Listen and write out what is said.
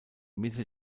mitte